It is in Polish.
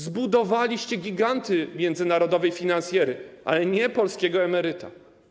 Zbudowaliście giganty międzynarodowej finansjery, ale nie polskiego emeryta.